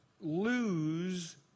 lose